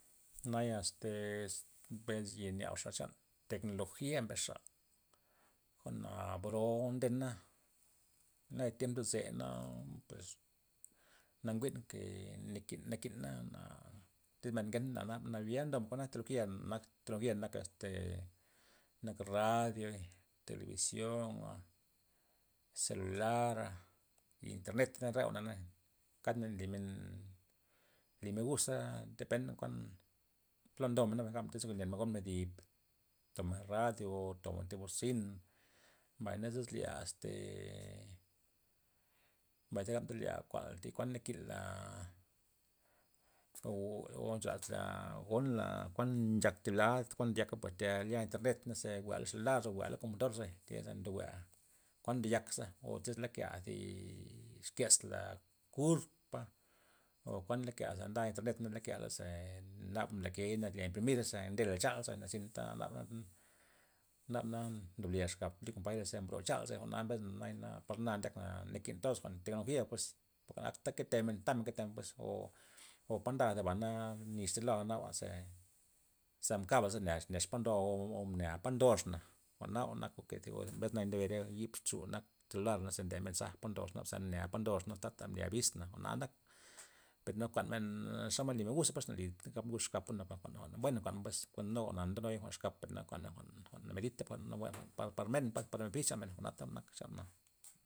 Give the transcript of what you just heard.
Naya este mbes ye nyabxa chan teknologia mbesxa, jwa'na bro ndena, naya tiemp ndoze na pues na njwi'n ke nakin- nakina na tyz men ngenta jwa'na nabya ndomen jwa'na nak teknologia nak teknologia nak este nak radio', telebiziona' zelulara' internet re jwa'na kadmen nlymen, nlymen guza nadepen kuan plo ndomena bay iz gabmen iz ndyenmen gonmen zi di' par tobmen radio' o thobmen thi bozin, mbay zi izlya este mbay is gabmen iz lya kuanka thi kuan nakinla po o ncholasla gonla kuan nchak thi blad kuan ndiaka pues tya lya internet neza jwi'aley lo zelular o jwi'aley lo komputadora zabay tayal ndo jwi'a kuan ndyakza o tyz lakea' zi exkezla kur'pa o kuan nlyakea' za nday internet za lakea' leyza naba mbla key naba lya imprimira' ze ndenla chanla nazynta na, naba na ndob blya xab cho li kompaylaza ze mbro chanla za jwa'na mbesna na par na ndyakna nakintoz jwa'n teknologia pues porke na akta ketemen tamen pues o o pa'nda zebana niz thi loa'nabana naba ze- ze mbakbla ze nea po ndo o mnea po ndoxa jwa'na jwa'n nak zi mbesna ndebe re yib xu nak kelular ze ntelmen mensaj naba ze nea po ndoxa tata nlya abisna, jwa'na nak per na kuanmen xomod nlymen uza pues ze na lid kap uza kapana porke jwa'n buena kuanmen pues nu jwa'na ndenuy jwa'n exkap per nea kuanla jwa'n na medita' nawue par benefiz chanmen par jwa'na jwa'n nak chan jwa'na.